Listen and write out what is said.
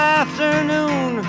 afternoon